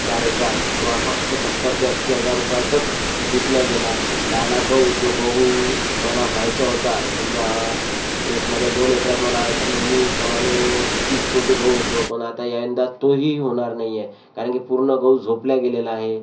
चार एकरात तो आ फक्त सत्तर ते अस्सी हजार रुपयातच विकला गेला राहिला गहू जो गहू मला व्हायचा होता समजा एक माझ्या दोन एकरात मला नेहमीप्रमाणे तीस पोते गहू होतो पण आता यंदा तोही होणार नाही आहे कारण की पूर्ण गहू झोपला गेलेला आहे